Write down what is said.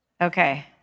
Okay